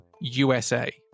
USA